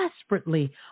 desperately